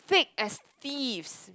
thick as thieves